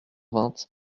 vingt